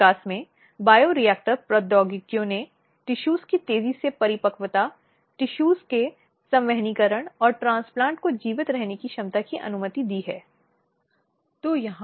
वह इस तरह के कृत्य के लिए घरेलू हिंसा अधिनियम के तहत आगे बढ़ सकती है कि पति द्वारा अपराध किया जा रहा है